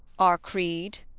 our creed?